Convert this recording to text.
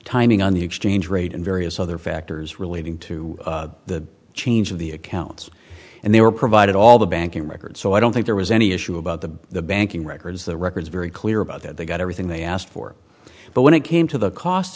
timing on the exchange rate and various other factors relating to the change of the accounts and they were provided all the banking records so i don't think there was any issue about the the banking records the records very clear about that they got everything they asked for but when it came to the cost